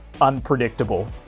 unpredictable